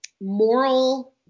moral